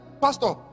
pastor